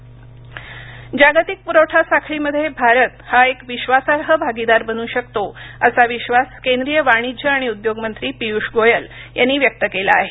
पियुष गोयल जागतिक पुरवठा साखळीमध्ये भारत हा एक विश्वासार्ह भागीदार बनू शकतो असा विश्वास केंद्रीय वाणिज्य आणि उद्योग मंत्री पियुष गोयल यांनी व्यक्त केला आहे